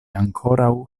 ankoraŭ